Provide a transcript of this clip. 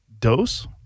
dose